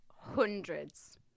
hundreds